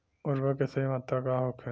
उर्वरक के सही मात्रा का होखे?